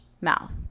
mouth